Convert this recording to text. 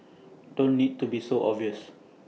don't need to be so obvious